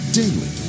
daily